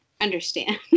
understand